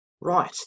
right